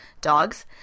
dogs